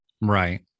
Right